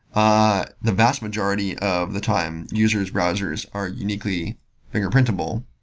ah the vast majority of the time, users' browsers are uniquely fingerprintable,